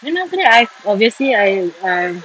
then after that I obviously I um